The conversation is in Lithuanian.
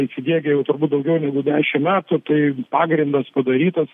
įsidiegę jau turbūt daugiau negu dešim metų tai pagrindas padarytas